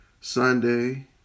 Sunday